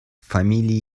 фамилии